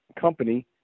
company